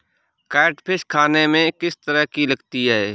Catfish खाने में किस तरह की लगती है?